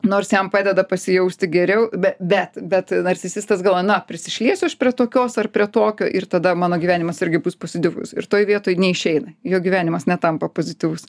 nors jam padeda pasijausti geriau be bet bet narcisistas galvoja na prisišliesiu aš prie tokios ar prie tokio ir tada mano gyvenimas irgi bus pozityvus ir toj vietoj neišeina jo gyvenimas netampa pozityvus